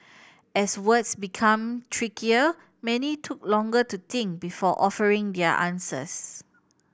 as words become trickier many took longer to think before offering their answers